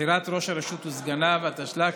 (בחירת ראש הרשות וסגניו וכהונתם), התשל"ו